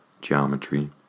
geometry